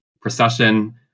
procession